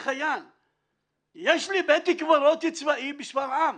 יש לי בית קברות צבאי בשפרעם.